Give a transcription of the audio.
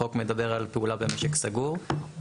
החוק מדבר על פעולה במשק סגור,